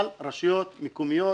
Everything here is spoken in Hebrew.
אבל רשויות מקומיות